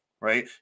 right